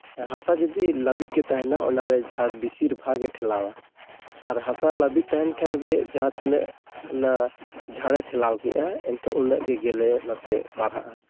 ᱦᱟᱥᱟ ᱡᱩᱫᱤ ᱞᱟᱹᱵᱤᱫ ᱜᱮ ᱛᱟᱦᱮᱱᱟ ᱚᱱᱟᱨᱮ ᱡᱷᱟᱲ ᱵᱮᱥᱤᱨ ᱵᱷᱟᱜᱮ ᱴᱷᱮᱞᱟᱣᱟ ᱟᱨ ᱦᱟᱥᱟ ᱞᱟᱹᱵᱤᱱ ᱛᱟᱦᱮᱱ ᱠᱷᱟᱱ ᱜᱮ ᱡᱟᱦᱟᱸ ᱛᱤᱱᱟᱹᱜ ᱚᱱᱟ ᱡᱷᱟᱲᱮ ᱴᱷᱮᱞᱟᱣ ᱠᱮᱜᱼᱟ ᱮᱱᱠᱷᱟᱱ ᱩᱱᱟᱹᱜ ᱜᱮ ᱜᱮᱞᱮ ᱱᱚᱛᱮ ᱵᱟᱲᱦᱟᱜᱼᱟ